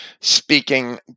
speaking